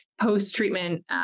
post-treatment